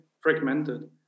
fragmented